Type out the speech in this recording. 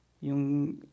yung